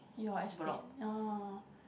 new estate orh